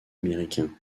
américain